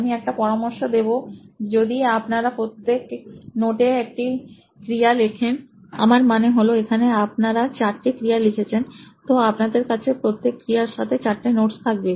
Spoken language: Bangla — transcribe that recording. আমি একটা পরামর্শ দেব যে যদি আপনারা প্রত্যেক নোটে একটা ক্রিয়া লেখেন আমার মানে হলো এখানে আপনারা চারটে ক্রিয়া লিখেছেন তো আপনাদের কাছে প্রত্যেক ক্রিয়ার সাথে চারটে নোটস থাকবে